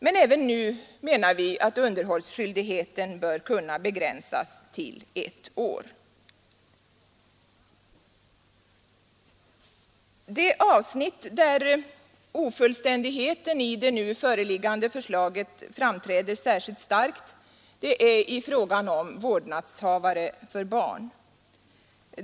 Men även nu menar vi att underhållsskyldigheten bör kunna begränsas till ett år. Det avsnitt där ofullständigheten i det nu föreliggande förslaget framträder särskilt starkt är i frågan om vårdnadshavare för barn.